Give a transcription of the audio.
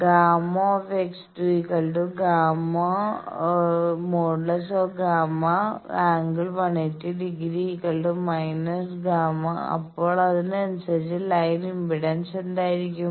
Γ ∣Γ∣∠ 180 °−∣Γ∣ അപ്പോൾ അതിനനുസരിച്ചുള്ള line impedance എന്തായിരിക്കും